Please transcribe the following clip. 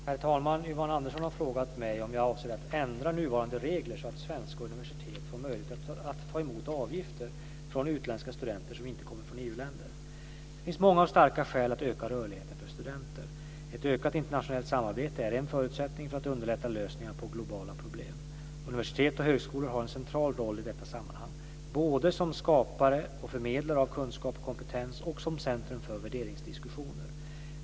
Herr talman! Yvonne Andersson har frågat mig om jag avser att ändra nuvarande regler så att svenska universitet får möjlighet att ta emot avgifter från utländska studenter som inte kommer från EU-länder. Det finns många och starka skäl att öka rörligheten för studenter. Ett ökat internationellt samarbete är en förutsättning för att underlätta lösningar på globala problem. Universitet och högskolor har en central roll i detta sammanhang, både som skapare och förmedlare av kunskap och kompetens och som centrum för värderingsdiskussioner.